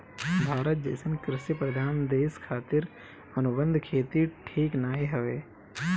भारत जइसन कृषि प्रधान देश खातिर अनुबंध खेती ठीक नाइ हवे